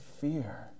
fear